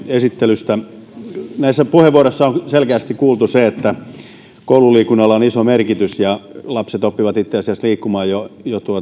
esittelystä näissä puheenvuoroissa on selkeästi kuultu se että koululiikunnalla on iso merkitys lapset oppivat itse asiassa liikkumaan jo